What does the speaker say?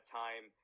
time